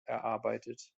erarbeitet